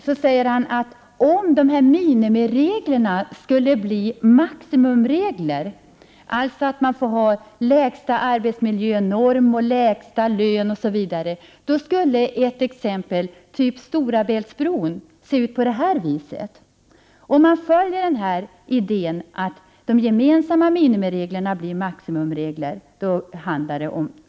Han säger bl.a. att om minimireglerna i praktiken blir maximiregler, dvs. att det blir lägsta arbetsmiljönorm, lägsta lön osv., skulle exempelvis byggandet av bron över Stora Bält ske på följande sätt.